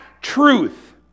truth